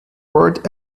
word